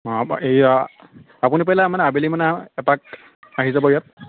অঁ এইয়া আপুনি পাৰিলে মানে আবেলি মানে এপাক আহি যাব ইয়াত